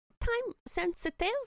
time-sensitive